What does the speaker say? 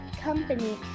company